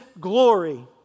glory